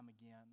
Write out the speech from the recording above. again